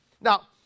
Now